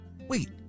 Wait